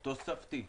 תוספתי,